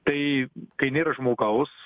tai kai nėra žmogaus